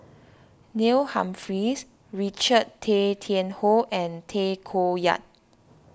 Neil Humphreys Richard Tay Tian Hoe and Tay Koh Yat